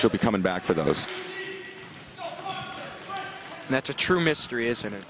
she'll be coming back for those that's a true mystery isn't it